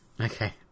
Okay